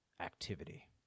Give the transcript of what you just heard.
activity